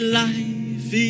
life